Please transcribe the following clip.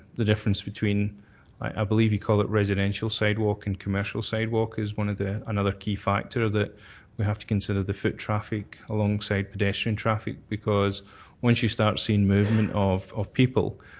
the difference between i believe you call it residential sidewalk and commercial sidewalk is one of the another key factor that we have to consider the foot traffic alongside pedestrian traffic because once you start seeing movement of of people,